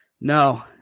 No